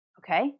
okay